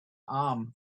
arm